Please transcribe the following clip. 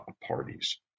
parties